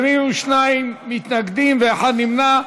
22 מתנגדים ואחד נמנע.